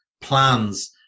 plans